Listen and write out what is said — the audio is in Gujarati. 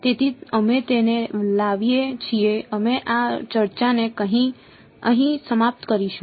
તેથી અમે તેને લાવીએ છીએ અમે આ ચર્ચાને અહીં સમાપ્ત કરીશું